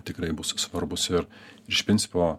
tikrai bus svarbus ir iš principo